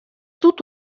dut